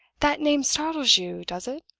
that name startles you, does it?